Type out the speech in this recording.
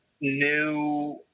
new